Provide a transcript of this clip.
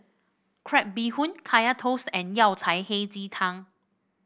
Crab Bee Hoon Kaya Toast and Yao Cai Hei Ji Tang